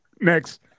Next